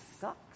sucks